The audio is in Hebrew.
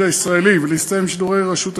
השידור הישראלי ולהסתיים שידורי רשות השידור.